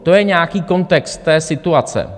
To je nějaký kontext té situace.